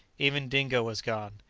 even dingo was gone!